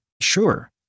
Sure